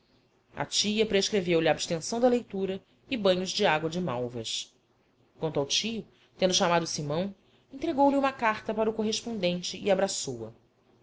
a tia prescreveu lhe abstenção da leitura e banhos de água de malvas quanto ao tio tendo chamado simão entregou-lhe uma carta para o correspondente e abraçou-o